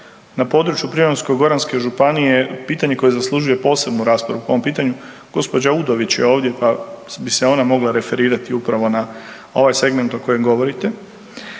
na području Primorsko-goranske županije je pitanje koje zaslužuje posebnu raspravu po ovom pitanju. gđa. Udović je ovdje, pa bi se ona mogla referirati upravo na ovaj segment o kojem govorite